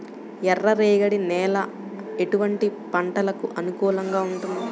ఎర్ర రేగడి నేల ఎటువంటి పంటలకు అనుకూలంగా ఉంటుంది?